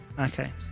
okay